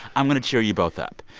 i'm going to cheer you both up.